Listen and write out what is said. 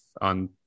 on